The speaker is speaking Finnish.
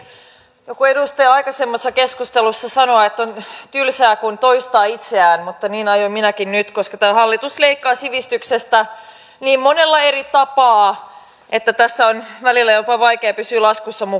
tässä taisi joku edustaja aikaisemmassa keskustelussa sanoa että on tylsää kun toistaa itseään mutta niin aion minäkin nyt tehdä koska tämä hallitus leikkaa sivistyksestä niin monella eri tapaa että tässä on välillä jopa vaikea pysyä laskuissa mukana